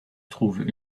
trouve